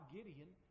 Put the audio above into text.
Gideon